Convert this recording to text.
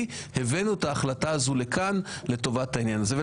הבאנו את ההחלטה הזו לכאן לטובת העניין הזה.